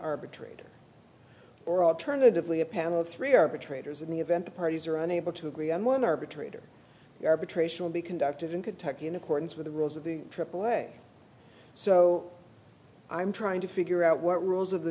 arbitrator or alternatively a panel of three arbitrators in the event the parties are unable to agree on one arbitrator the arbitration will be conducted in kentucky in accordance with the rules of the aaa so i'm trying to figure out what rules of